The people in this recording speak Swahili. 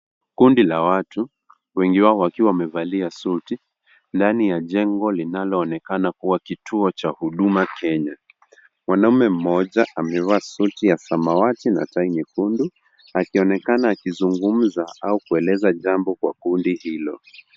Kundi la watu, wengi wao wakiwa wamevalia suti ndani ya jengo linaloonekana kuwa kituo cha huduma kenya. Mwanaume mmoja amevaa suti ya samawati na tai nyekundu akionekana akizungumza au kueleza jambo kwa kundi hilo.